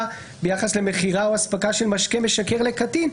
ביחס למכירה או אספקה של משקה משכר לקטין,